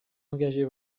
engagés